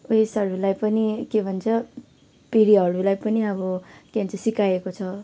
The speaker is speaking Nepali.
उयसहरूलाई पनि के भन्छ पिढीहरूलाई पनि अब के भन्छ सिकाएको छ